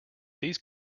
these